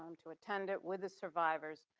um to attend it with the survivors.